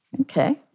okay